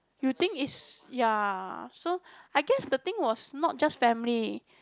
you think is ya so I guess the thing was not just family